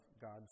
God's